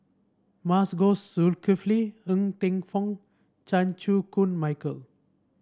Masagos Zulkifli Ng Teng Fong Chan Chew Koon Michael